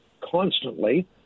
constantly